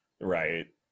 Right